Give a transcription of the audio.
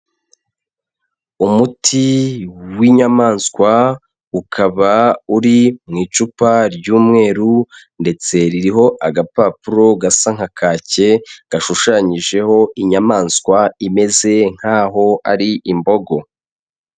Umuti w'inyamaswa ukaba uri mu icupa ry'umweru ndetse ririho agapapuro gasa nka kake gashushanyijeho inyamaswa imeze nk'aho ari imbogo.